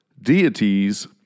deities